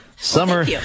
Summer